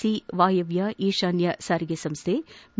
C ವಾಯವ್ಯ ಈಶಾನ್ತ ಸಾರಿಗೆ ಸಂಸ್ಥೆ ಬಿ